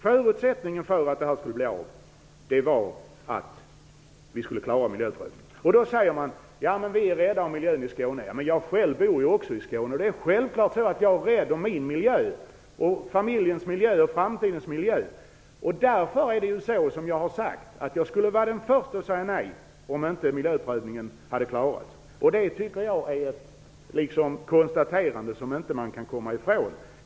Förutsättningen för att detta skulle bli av var ju att vi klarade miljöprövningen. Men då sägs det: Vi är rädda om miljön i Skåne. Ja. Jag jag själv bor också i Skåne. Självklart är jag rädd om min, om familjens och om framtidens miljö. Därför skulle jag, som sagt, vara den förste att säga nej, om miljöprövningen inte hade klarats. Det är ett konstaterande som jag tycker att man inte kan komma ifrån.